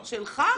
זו בעיה שלי.